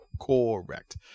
Correct